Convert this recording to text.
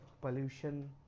pollution